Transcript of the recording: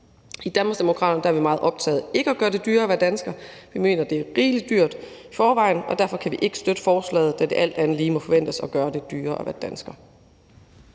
I Danmarksdemokraterne er vi meget optaget af ikke at gøre det dyrere at være dansker. Vi mener, det er rigelig dyrt i forvejen, og derfor kan vi ikke støtte forslaget, da det alt andet lige må forventes at gøre det dyrere at være dansker.